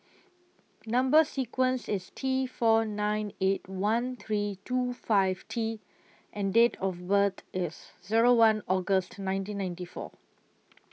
Number sequence IS T four nine eight one three two five T and Date of birth IS Zero one August nineteen ninety four